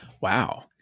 Wow